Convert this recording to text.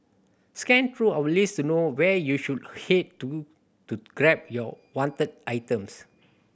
scan through our list to know where you should head to to grab your wanted items